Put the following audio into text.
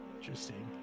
Interesting